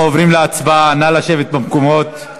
נא לשבת במקומות.